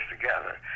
together